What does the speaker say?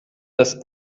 das